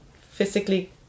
physically